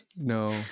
No